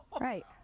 right